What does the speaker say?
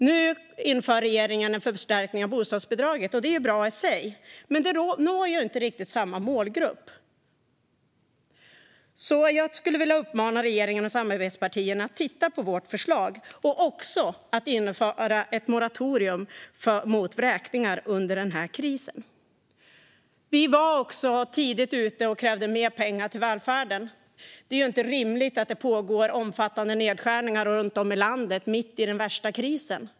Nu inför regeringen en förstärkning av bostadsbidraget, och det är bra i sig, men det når inte riktigt samma målgrupp. Jag skulle vilja uppmana regeringen och samarbetspartierna att titta på vårt förslag och att även införa ett moratorium mot vräkningar under krisen. Vänsterpartiet var tidigt ute och krävde mer pengar till välfärden. Det är inte rimligt att det pågår omfattande nedskärningar runt om i landet mitt i den värsta krisen.